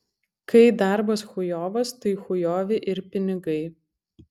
kai darbas chujovas tai chujovi ir pinigai